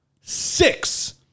six